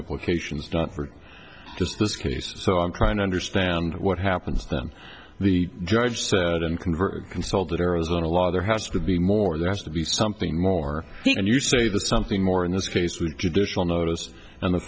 implications not for just this case so i'm trying to understand what happens then the judge said and convert consoled that arizona law there has to be more there has to be something more and you say there's something more in this case to judicial notice and the